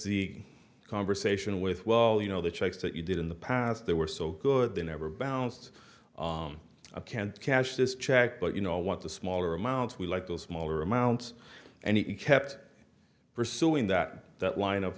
the conversation with well you know the checks that you did in the past they were so good they never bounced i can't cash this check but you know what the smaller amounts we like those smaller amounts and he kept pursuing that that line of